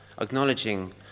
acknowledging